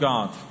God